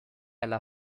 alla